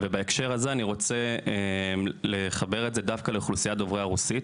ובהקשר הזה אני רוצה לחבר את זה דווקא לאוכלוסיית דוברי הרוסית.